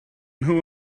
nhw